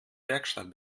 werkstatt